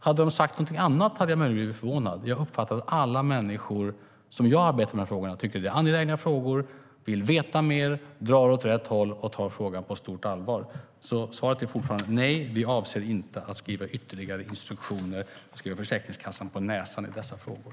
Om de hade sagt något annat hade jag blivit förvånad. Jag uppfattar att alla människor som jag arbetar med i de här frågorna tycker att de är angelägna. De vill veta mer, drar åt rätt håll och tar frågan på stort allvar. Svaret är fortfarande: Nej, vi avser inte att skriva ytterligare instruktioner eller skriva Försäkringskassan på näsan i dessa frågor.